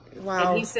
wow